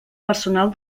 personal